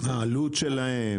העלות שלהן?